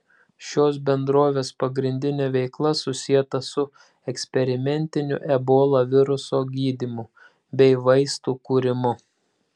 šios bendrovės pagrindinė veikla susieta su eksperimentiniu ebola viruso gydymu bei vaistų kūrimu